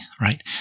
right